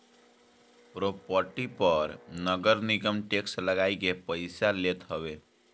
property पअ नगरनिगम tax लगाइ के पईसा लेत हवे